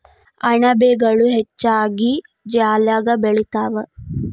ಅಣಬೆಗಳು ಹೆಚ್ಚಾಗಿ ಜಾಲ್ಯಾಗ ಬೆಳಿತಾವ